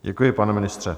Děkuji, pane ministře.